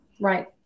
Right